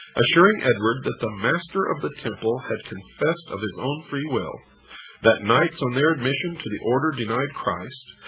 assuring edward that the master of the temple had confessed of his own free will that knights on their admission to the order had denied christ.